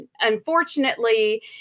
Unfortunately